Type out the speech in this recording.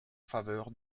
faveur